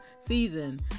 season